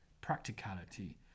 practicality